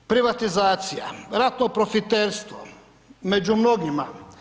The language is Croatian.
Privatizacija, ratno profiterstvo među mnogima.